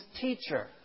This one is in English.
teacher